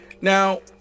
now